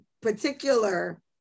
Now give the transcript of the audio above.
particular